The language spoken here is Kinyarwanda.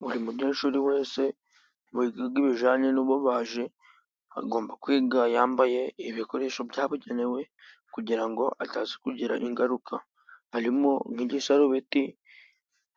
Buri munyeshuri wese wiga ibijyanye n'ububaji, agomba kwiga yambaye ibikoresho byabugenewe, kugira ngo ataza kugira ingaruka, harimo nk'igisarubeti,